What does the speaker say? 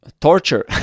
torture